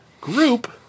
group